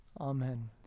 Amen